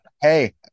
Hey